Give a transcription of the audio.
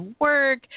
work